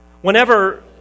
Whenever